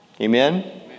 Amen